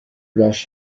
plages